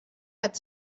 hat